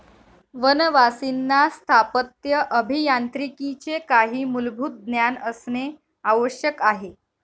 वनवासींना स्थापत्य अभियांत्रिकीचे काही मूलभूत ज्ञान असणे आवश्यक आहे